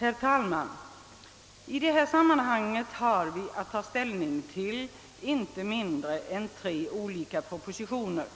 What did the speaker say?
Herr talman! I detta sammanhang har vi att ta ställning till inte mindre än tre olika propositioner: